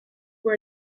vous